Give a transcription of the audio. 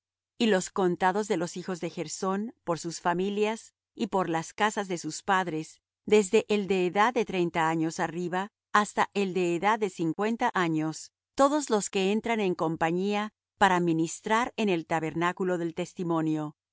y los contados de los hijos de gersón por sus familias y por las casas de sus padres desde el de edad de treinta años arriba hasta el de edad de cincuenta años todos los que entran en compañía para ministrar en el tabernáculo del testimonio